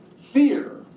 Fear